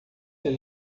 ser